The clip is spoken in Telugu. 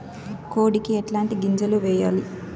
కోడికి ఎట్లాంటి గింజలు వేయాలి?